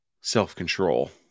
self-control